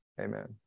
amen